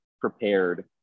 prepared